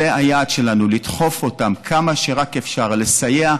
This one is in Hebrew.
זה היעד שלנו: לדחוף אותם כמה שרק אפשר, לסייע,